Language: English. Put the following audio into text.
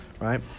Right